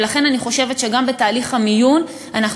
ולכן אני חושבת שגם בתהליך המיון אנחנו